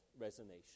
resignation